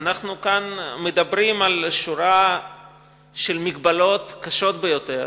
אנחנו כאן מדברים על שורה של מגבלות קשות ביותר,